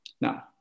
Now